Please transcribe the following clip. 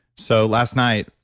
so, last night,